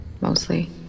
mostly